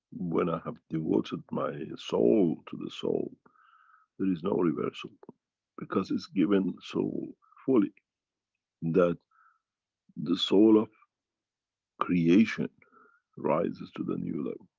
when i have devoted my soul to the soul there is no reversal because it's given so fully that the soul of creation rises to the new level.